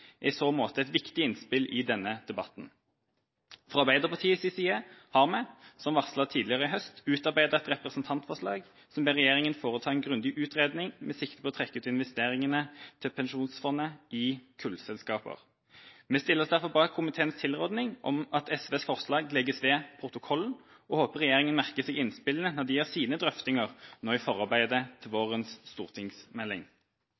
er i så måte et viktig innspill i den debatten. Fra Arbeiderpartiets side har vi – som varslet tidligere i høst – utarbeidet et representantforslag som ber regjeringa foreta en grundig utredning med sikte på å trekke ut investeringene til Pensjonsfondet av kullselskaper. Vi stiller oss derfor bak komiteens tilrådning om at SVs forslag legges ved protokollen, og håper regjeringa merker seg innspillene når de gjør sine drøftinger nå i forarbeidet til